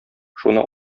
шуны